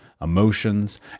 emotions